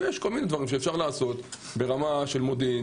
יש כל מיני דברים שאפשר לעשות ברמת המודיעין